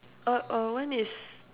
oh uh one is